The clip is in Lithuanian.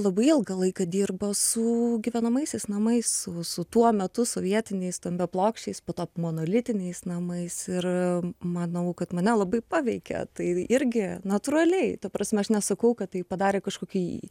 labai ilgą laiką dirbo su gyvenamaisiais namais su tuo metu sovietiniais stambiaplokščiais po to monolitiniais namais ir manau kad mane labai paveikė tai irgi natūraliai ta prasme aš nesakau kad tai padarė kažkokį